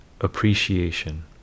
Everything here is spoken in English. appreciation